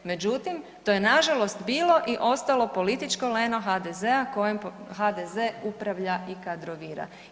Međutim, to je nažalost bilo i ostalo političko leno HDZ-a kojem HDZ upravlja i kadrovira.